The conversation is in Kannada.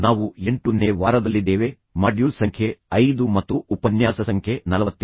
ನಾವು 8ನೇ ವಾರದಲ್ಲಿದ್ದೇವೆ ಮಾಡ್ಯೂಲ್ ಸಂಖ್ಯೆ 5 ಮತ್ತು ಉಪನ್ಯಾಸ ಸಂಖ್ಯೆ 47